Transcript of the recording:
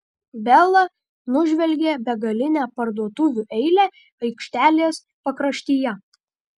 bela nužvelgė begalinę parduotuvių eilę aikštelės pakraštyje